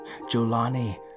Jolani